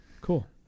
cool